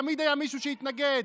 תמיד היה מישהו שהתנגד,